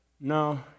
No